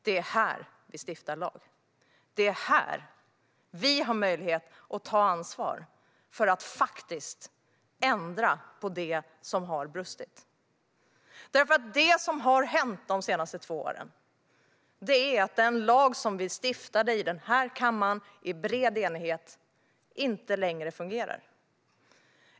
Det är här vi stiftar lag. Det är här som vi har möjlighet att ta ansvar för att faktiskt ändra på det som har brustit. Det som har hänt de senaste två åren är att den lag som vi i bred enighet stiftade här i kammaren inte längre fungerar.